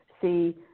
see